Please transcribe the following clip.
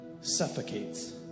suffocates